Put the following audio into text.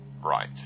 Right